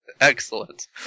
Excellent